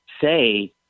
say